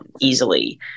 easily